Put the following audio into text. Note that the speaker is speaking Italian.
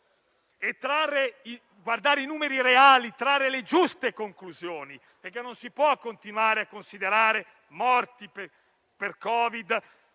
guardare i numeri reali e trarre le giuste conclusioni, perché non si possono continuare a considerare morti per Covid-19